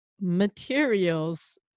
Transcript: materials